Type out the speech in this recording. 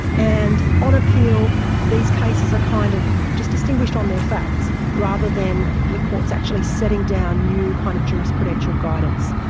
and on appeal these cases are kind of just distinguished on their facts rather than the courts actually setting down new kind of jurisprudential guidance,